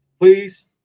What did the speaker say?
please